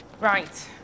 Right